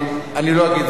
אני לא אגיד את זה פעמיים,